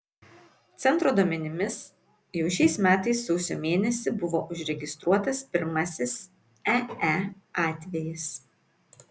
centro duomenimis jau šiais metais sausio mėnesį buvo užregistruotas pirmasis ee atvejis